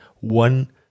one